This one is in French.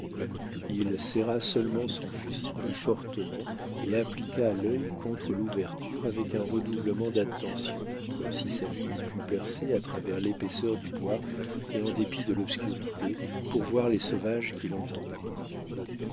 il serra seulement son fusil plus fortement et appliqua l'œil contre l'ouverture avec un redoublement d'attention comme si sa vue eût pu percer à travers l'épaisseur du bois et en dépit de l'obscurité pour voir les sauvages qu'il entendait